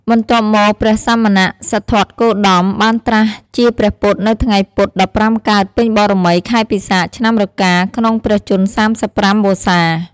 បន្ទាប់មកព្រះសមណសិទ្ធត្ថគោតម បានត្រាស់ជាព្រះពុទ្ធនៅថ្ងៃពុធ ១៥ កើតពេញបូណ៌មី ខែពិសាខ ឆ្នាំរកា ក្នុងព្រះជន្ម ៣៥ វស្សា។